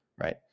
right